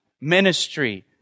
ministry